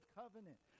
covenant